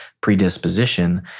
predisposition